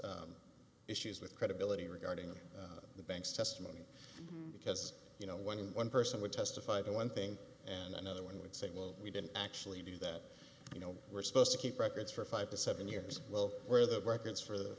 court's issues with credibility regarding the bank's testimony because you know when one person would testify the one thing and another one would say well we didn't actually do that you know we're supposed to keep records for five to seven years well where the records for